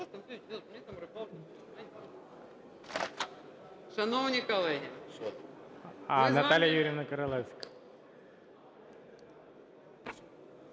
Дякую,